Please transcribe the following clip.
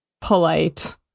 polite